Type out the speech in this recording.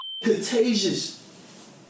Contagious